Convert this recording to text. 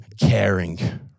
caring